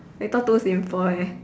later too simple leh